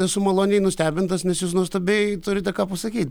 esu maloniai nustebintas nes jūs nuostabiai turite ką pasakyt